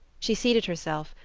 she seated herself,